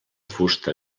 fusta